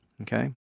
okay